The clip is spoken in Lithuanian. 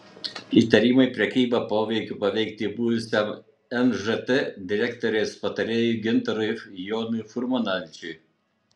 įtarimai prekyba poveikiu pateikti buvusiam nžt direktorės patarėjui gintarui jonui furmanavičiui